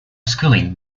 schooling